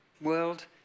world